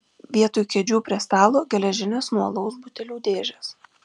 vietoj kėdžių prie stalo geležinės nuo alaus butelių dėžės